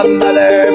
mother